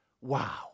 Wow